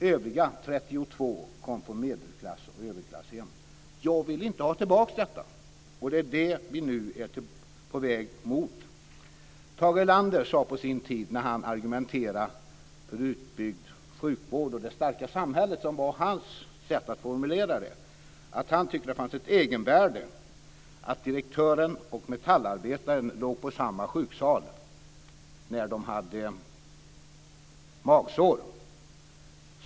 Övriga 32 kom från medelklass och överklasshem. Jag vill inte ha tillbaka detta! Men det är det vi nu är på väg mot. När Tage Erlander på sin tid argumenterade för utbyggd sjukvård och det starka samhället, vilket var hans sätt att formulera det, sade han att han tyckte att det fanns ett egenvärde i att direktören och metallarbetaren låg på samma sjuksal när de hade magsår.